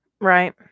Right